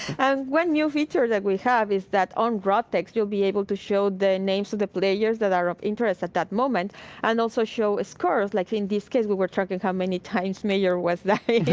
and one new feature that we have is that on broad text, you'll be able to show the names of the players that are of interest at that moment and also show scores. like in this case, we were tracking how many times major was dying.